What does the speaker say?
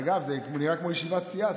אגב, זה נראה כמו ישיבת סיעה.